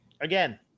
Again